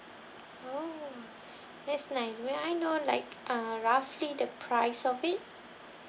oh that's nice may I know like uh roughly the price of it